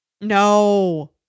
No